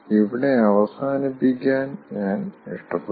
ഇവിടെ അവസാനിപ്പിക്കാൻ ഞാൻ ഇഷ്ടപ്പെടുന്നു